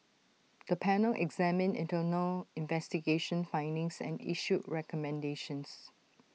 the panel examined internal investigation findings and issued recommendations